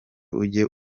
ujye